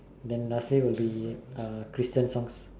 then lastly will be Christian songs